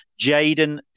Jaden